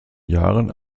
jahren